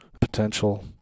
potential